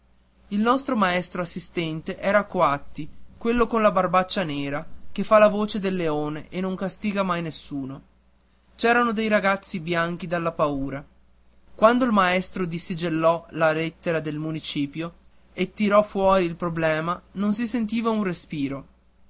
il nostro maestro assistente era coatti quello con la barbaccia nera che fa la voce del leone e non castiga mai nessuno c'erano dei ragazzi bianchi dalla paura quando il maestro dissuggellò la lettera del municipio e tirò fuori il problema non si sentiva un respiro